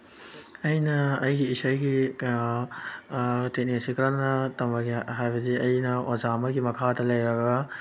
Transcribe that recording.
ꯑꯩꯅ ꯑꯩꯒꯤ ꯏꯁꯩꯒꯤ ꯇ꯭ꯔꯦꯟꯅꯤꯡꯁꯦ ꯀꯔꯝꯅ ꯇꯝꯕꯒꯦ ꯍꯥꯏꯕꯁꯦ ꯑꯩꯅ ꯑꯣꯖꯥ ꯑꯃꯒꯤ ꯃꯈꯥꯗ ꯂꯩꯔꯒ